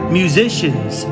musicians